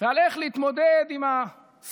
ועל איך להתמודד עם הסכסוך,